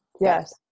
Yes